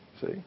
See